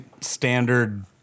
standard